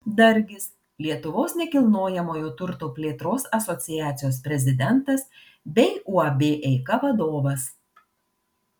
dargis lietuvos nekilnojamojo turto plėtros asociacijos prezidentas bei uab eika vadovas